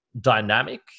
dynamic